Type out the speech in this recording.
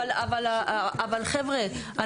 אבל חבר'ה,